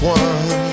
one